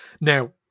Now